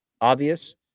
obvious